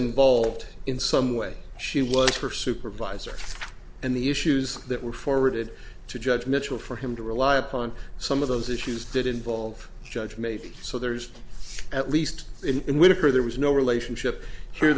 involved in some way she was her supervisor and the issues that were forwarded to judge mitchell for him to rely upon some of those issues did involve a judge maybe so there's at least in with her there was no relationship